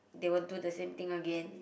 they will do the same thing again